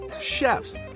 chefs